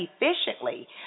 efficiently